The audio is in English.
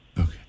Okay